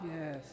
Yes